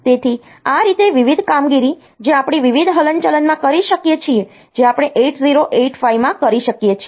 તેથી આ રીતે વિવિધ કામગીરી જે આપણે વિવિધ હલનચલનમાં કરી શકીએ છીએ જે આપણે 8085 માં કરી શકીએ છીએ